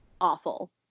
awful